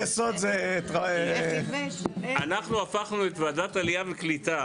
אנחנו הפכנו את ועדת העלייה והקליטה,